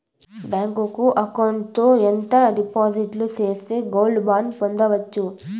Bank account లో ఎంత డిపాజిట్లు సేస్తే గోల్డ్ బాండు పొందొచ్చు?